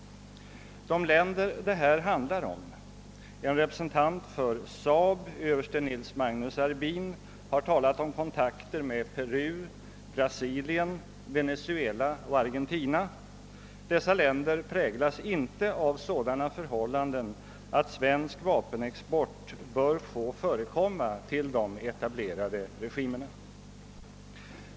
De länder det här handlar om — en representant för SAAB, överste Nils Magnus von Arbin, har talat om kontakter med Peru, Brasilien, Venezuela och Argentina — präglas inte av sådana förhållanden att svensk vapenexport bör få förekomma till de etablerade regimerna.